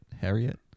Harriet